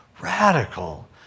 Radical